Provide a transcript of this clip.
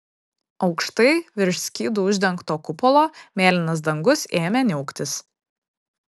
aukštai virš skydu uždengto kupolo mėlynas dangus ėmė niauktis